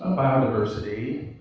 biodiversity,